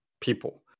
people